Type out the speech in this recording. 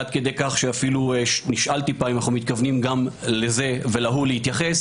עד כדי כך שנשאלתי פעם אם אנחנו מתכוונים גם לזה ולהוא להתייחס.